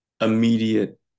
immediate